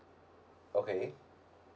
okay